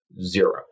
Zero